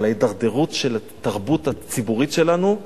אבל ההידרדרות של התרבות הציבורית שלנו,